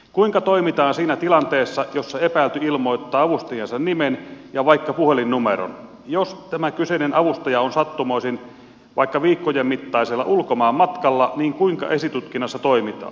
kuinka toimitaan siinä tilanteessa jossa epäilty ilmoittaa avustajansa nimen ja vaikka puhelinnumeron ja jos tämä kyseinen avustaja on sattumoisin vaikka viikkojen mittaisella ulkomaanmatkalla niin kuinka esitutkinnassa toimitaan